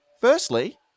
Firstly